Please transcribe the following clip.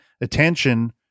attention